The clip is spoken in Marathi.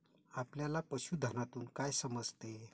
आपल्याला पशुधनातून काय समजते?